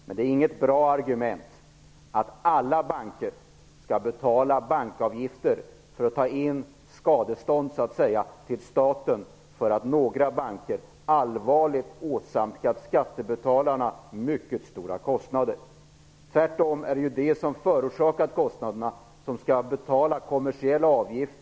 Men det är inte bra att alla banker skall betala bankavgifter för att staten så att säga skall kunna ta in skadestånd för att några banker allvarligt åsamkat skattebetalarna mycket stora kostnader. Tvärtom är det de som förorsakat kostnaderna som skall betala kommersiella avgifter.